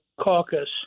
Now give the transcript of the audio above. caucus